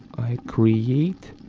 i create